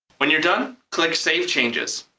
when you're done, click save changes,